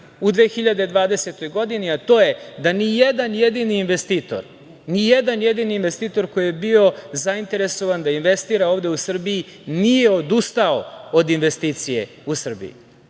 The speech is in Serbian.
u 2020. godini, a to je da nijedan jedini investitor, nijedan jedini investitor koji je bio zainteresovan da investira ovde u Srbiji, nije odustao od investicije u Srbiji. Niko